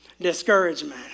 Discouragement